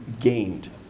gained